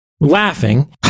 laughing